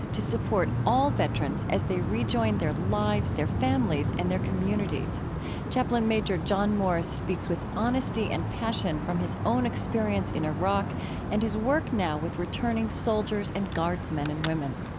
to support all veterans as they rejoin their lives, their families, and their communities chaplain major john morris speaks with honesty and passion from his own experience in iraq and his work now with returning soldiers and guardsmen and women.